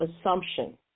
assumption